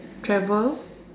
travel